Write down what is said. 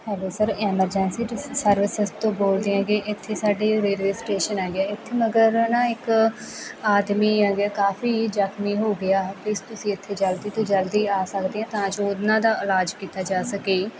hello sir emergency ਟ services ਤੋਂ ਬੋਲਦੇ ਹੈਗੇ ਇੱਥੇ ਸਾਡੇ ਰੇਲਵੇ ਸਟੇਸ਼ਨ ਹੈਗੇ ਇੱਥੇ ਮਗਰ ਨਾ ਇੱਕ ਆਦਮੀ ਹੈਗੇ ਕਾਫ਼ੀ ਜਖਮੀ ਹੋ ਗਿਆ ਪਲੀਜ ਤੁਸੀਂ ਇੱਥੇ ਜਲਦੀ ਤੋਂ ਜਲਦੀ ਆ ਸਕਦੇ ਹਾਂ ਤਾਂ ਜੋ ਉਹਨਾਂ ਦਾ ਇਲਾਜ ਕੀਤਾ ਜਾ ਸਕੇ